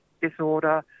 disorder